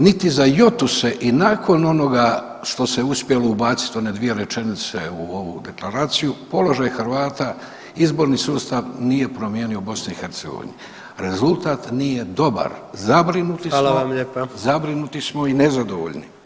Niti za jotu se i nakon onoga što se uspjelo ubacit u one dvije rečenice u ovu deklaraciju, položaj Hrvata izborni sustav nije promijenio u BiH, rezultat nije dobar, zabrinuti smo, zabrinuti smo i nezadovoljni.